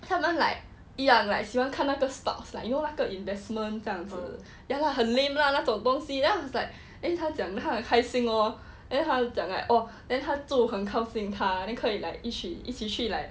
他们 like 一样喜欢看那个 stocks you know 那个 investment 这样子 ya lah 很 lame lah 那种东西 then was like eh 他讲他很开心咯 then 她讲 right oh then 他住很靠近他 then 可以 like 一起一起去 like